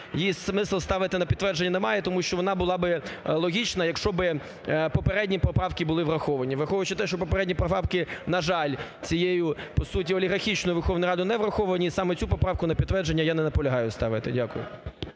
її смислу ставити на підтвердження немає. Тому що вона була би логічна, якщо би попередні поправки були враховані. Враховуючи те, що попередні поправки, на жаль, цією, про суті, олігархічною Верховною Радою не враховані, саме цю поправку на підтвердження я не наполягаю ставити. Дякую.